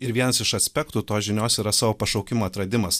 ir vienas iš aspektų tos žinios yra savo pašaukimo atradimas